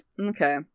Okay